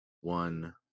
one